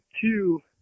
two